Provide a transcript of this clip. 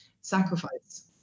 sacrifice